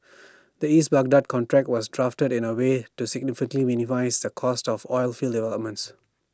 the east Baghdad contract was drafted in A way to significantly minimise the cost of oilfield developments